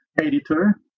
editor